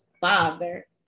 Father